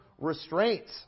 restraints